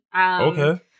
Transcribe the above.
Okay